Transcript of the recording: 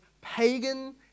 pagan